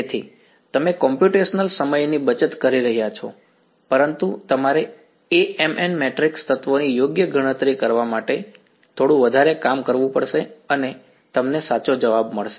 તેથી તમે કોમ્પ્યુટેશનલ સમયની બચત કરી રહ્યા છો પરંતુ તમારે Amn મેટ્રિક્સ તત્વોની યોગ્ય ગણતરી કરવા માટે થોડું વધારે કામ કરવું પડશે અને તમને સાચો જવાબ મળશે